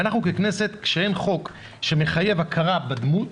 אבל אנחנו ככנסת, כשאין חוק שמחייב הכרה בדמות,